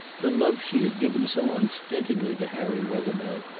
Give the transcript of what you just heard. the love she had given so unstintingly to harry wethermill,